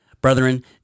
Brethren